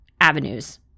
avenues